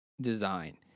design